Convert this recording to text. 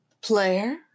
Player